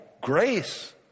grace